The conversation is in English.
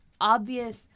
obvious